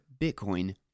Bitcoin